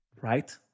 Right